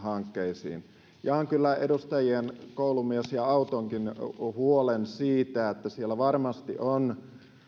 liikenneinfrahankkeisiin jaan kyllä edustajien koulumies ja auton huolen siitä että siellä varmasti on